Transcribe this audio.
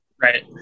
Right